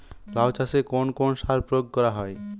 লাউ চাষে কোন কোন সার প্রয়োগ করা হয়?